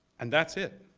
and that's it.